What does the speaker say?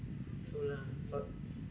true lah but